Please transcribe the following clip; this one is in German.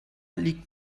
liegt